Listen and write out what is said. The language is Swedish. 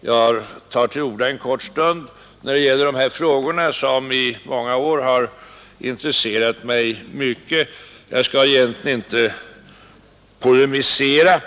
jag tar en kort stund i anspråk för dessa frågor som i många år har intresserat mig mycket. Jag skall egentligen inte polemisera.